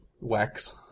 Wax